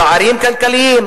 פערים כלכליים,